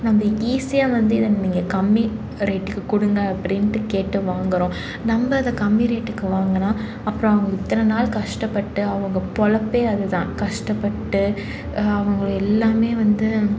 நம்ம ஈஸியாக வந்து இதை நீங்கள் கம்மி ரேட்டுக்கு கொடுங்க அப்படின்ட்டு கேட்டு வாங்குறோம் நம்ம இதை கம்மி ரேட்டுக்கு வாங்கினா அப்புறம் அவங்க இத்தனை நாள் கஷ்டப்பட்டு அவங்க பிழப்பே அதுதான் கஷ்டப்பட்டு அவங்களை எல்லாமே வந்து